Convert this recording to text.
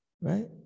right